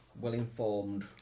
Well-informed